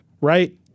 right